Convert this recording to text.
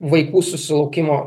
vaikų susilaukimo